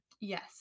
Yes